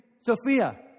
Sophia